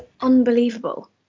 unbelievable